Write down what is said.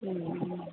ഉം